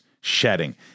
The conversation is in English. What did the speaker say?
shedding